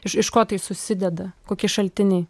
iš iš ko tai susideda kokie šaltiniai